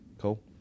Cool